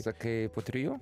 sakai po trijų